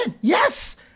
yes